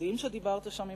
הסודיים שדיברת עליהם שם,